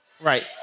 Right